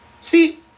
See